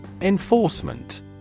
Enforcement